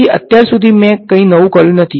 તેથી અત્યાર સુધી મેં કંઈ નવું કર્યું નથી